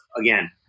again